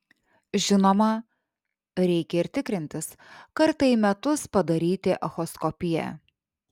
žinoma reikia ir tikrintis kartą į metus padaryti echoskopiją